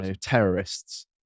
terrorists